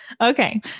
Okay